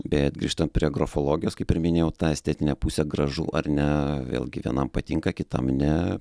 bet grįžtant prie grafologijos kaip ir minėjau ta estetinė pusė gražu ar ne vėlgi vienam patinka kitam ne